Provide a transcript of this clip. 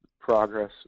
progress